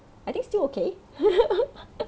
I think still okay